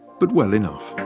but well enough.